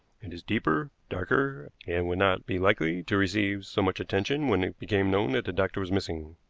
it is deeper, darker, and would not be likely to receive so much attention when it became known that the doctor was missing.